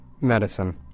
Medicine